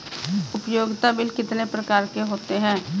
उपयोगिता बिल कितने प्रकार के होते हैं?